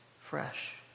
fresh